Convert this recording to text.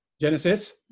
Genesis